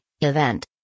event